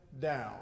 down